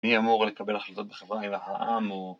‫מי אמור לקבל החלטות בחברה ‫אלא העם או...